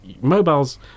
mobiles